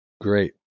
Great